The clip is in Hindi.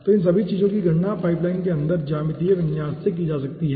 तो इन सभी चीजों की गणना पाइप लाइन के ज्यामितीय विन्यास से की जा सकती है